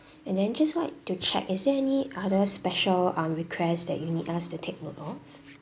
and then just want to check is there any other special um request that you need us to take note of